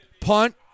Punt